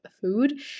food